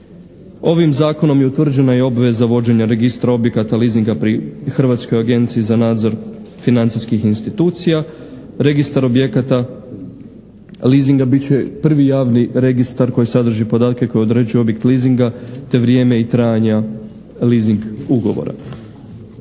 Ovim Zakonom je utvrđena i obveza vođenja registra objekata leasinga pri Hrvatskoj agenciji za nadzor financijskih institucija. Registar objekata leasinga bit će prvi javni registar koji sadrži podatke koje određuju objekt leasinga te vrijeme i trajanja leasing ugovora.